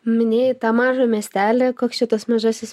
minėjai tą mažą miestelį koks čia tas mažasis